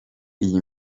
iyi